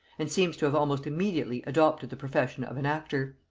and seems to have almost immediately adopted the profession of an actor.